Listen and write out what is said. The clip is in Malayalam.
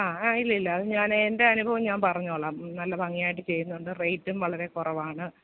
ആ ആ ഇല്ല ഇല്ല അത് ഞാൻ എൻ്റെ അനുഭവം ഞാൻ പറഞ്ഞോളാം നല്ല ഭംഗിയായിട്ട് ചെയ്യുന്നുണ്ട് റേറ്റും വളരെ കുറവാണ്